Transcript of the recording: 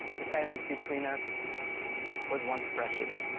the silence between us was once precious.